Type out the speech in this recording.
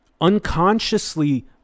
unconsciously